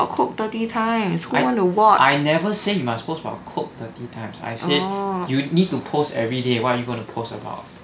I I never say you must post about coke thirty times I said you need to post everyday what are you going to post about